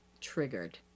triggered